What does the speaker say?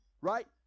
Right